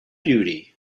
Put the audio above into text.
beauty